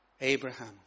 Abraham